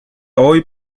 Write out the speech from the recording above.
hoy